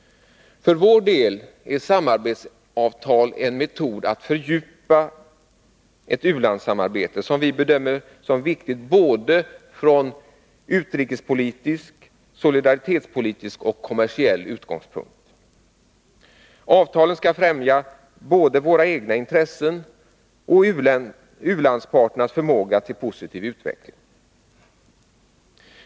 För vår del är samarbetsavtal en metod att fördjupa ett u-landssamarbete, som vi bedömer som viktigt från utrikespolitisk, solidaritetspolitisk och kommersiell utgångspunkt. Avtalen skall främja både våra egna intressen och u-landsparternas förmåga till positiv utveckling.